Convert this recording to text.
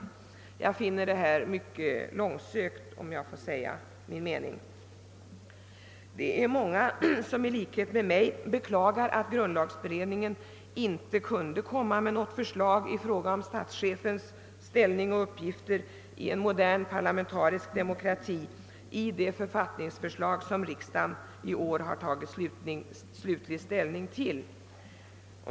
Jag finner detta mycket långsökt, om jag får säga min mening. Det är många som i likhet med mig beklagar att grundlagberedningen i det författningsförslag som riksdagen i år har tagit slutlig ställning till inte kunde lägga fram förslag rörande statschefens ställning och uppgifter i en modern parlamentarisk demokrati.